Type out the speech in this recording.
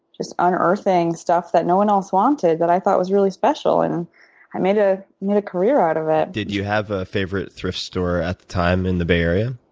just unearthing stuff that no one else wanted that i thought was really special. and i made ah made a career out of it. did you have a favorite thrift store, at the time, in the bay area?